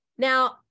Now